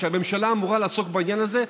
שהממשלה אמורה לעסוק בעניין הזה,